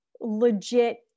legit